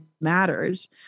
matters